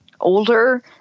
older